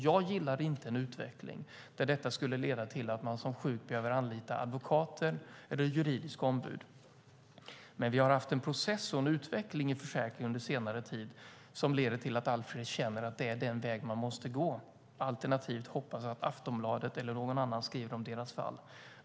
Jag gillar inte en utveckling som skulle leda till att man som sjuk behöver anlita advokater eller juridiska ombud. Men vi har haft en process och en utveckling i försäkringen under senare tid som leder till att allt fler känner att det är den vägen man måste gå, alternativt hoppas att Aftonbladet eller någon annan skriver om deras fall.